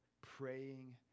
praying